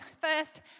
first